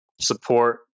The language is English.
support